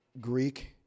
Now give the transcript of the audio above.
Greek